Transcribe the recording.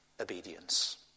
obedience